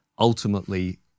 ultimately